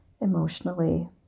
emotionally